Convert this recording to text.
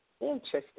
Interesting